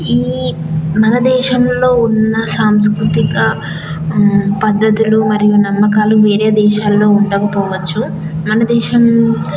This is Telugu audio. ఈ మన దేశంలో ఉన్న సాంస్కృతిక పద్ధతులు మరియు నమ్మకాలు వేరే దేశాల్లో ఉండకపోవచ్చు మన దేశం